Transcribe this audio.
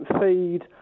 feed